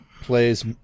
plays